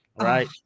right